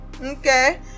okay